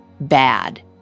bad